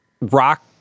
rock